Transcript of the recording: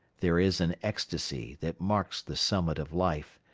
there is an ecstasy that marks the summit of life,